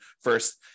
first